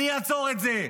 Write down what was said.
אני אעצור את זה?